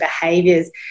behaviors